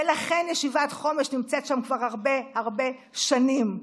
ולכן ישיבת חומש נמצאת שם כבר הרבה הרבה שנים.